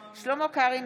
קרעי,